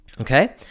Okay